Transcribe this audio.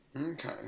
Okay